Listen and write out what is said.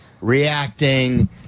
reacting